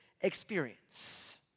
experience